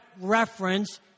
reference